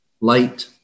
light